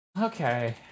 okay